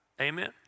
Amen